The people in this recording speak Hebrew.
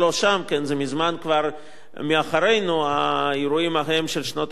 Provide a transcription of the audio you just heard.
זה מזמן כבר מאחורינו, האירועים ההם של שנות ה-80.